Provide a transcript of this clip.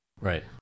right